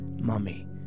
Mummy